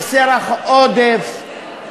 כסרח עודף,